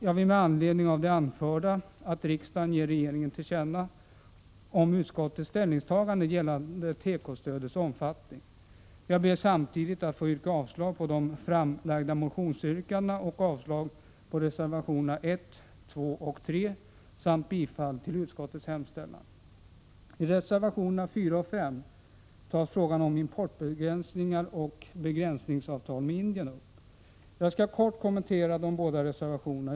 Jag vill med anledning av det anförda att riksdagen ger regeringen till känna utskottets ställningstagande gällande tekostödets omfattning. Jag ber samtidigt att få yrka avslag på de framlagda motionsyrkandena och avslag på reservationerna 1, 2 och 3 samt bifall till utskottets hemställan. I reservationerna 4 och 5 tas frågan om importbegränsningar och begränsningsavtal med Indien upp. Jag skall kort kommentera de båda reservationerna.